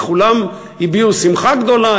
וכולם הביעו שמחה גדולה,